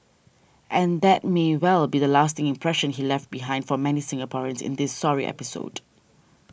and that may well be the lasting impression he left behind for many Singaporeans in this sorry episode